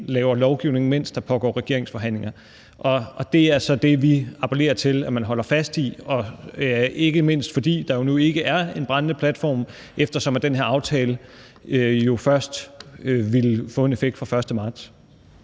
laver lovgivning, mens der pågår regeringsforhandlinger. Det er så det, vi appellerer til at man holder fast i – ikke mindst fordi der ikke er en brændende platform, eftersom det først vil få en effekt fra den 1. marts.